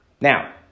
Now